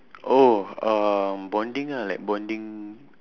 oh uh bonding ah like bonding